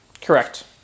Correct